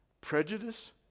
prejudice